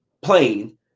plane